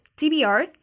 TBR